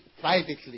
privately